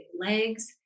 legs